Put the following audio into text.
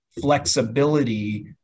flexibility